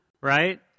right